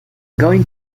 going